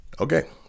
Okay